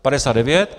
59.